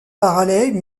parallèle